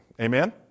Amen